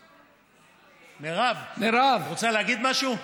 מירב, רוצה להגיד משהו?